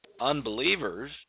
unbelievers